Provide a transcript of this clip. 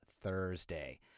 Thursday